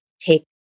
take